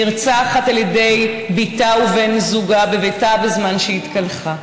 נרצחת על ידי בתה ובן זוגה בביתה בזמן שהתקלחה,